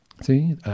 See